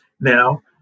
now